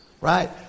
Right